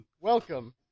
welcome